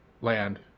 land